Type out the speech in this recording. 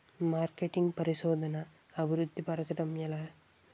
marketing పరిశోధనదా అభివృద్ధి పరచడం ఎలా